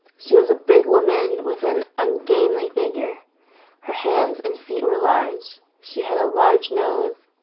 she was a big woman with an ungainly figure her hands and feet were large she had a large nose,